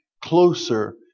closer